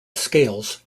scales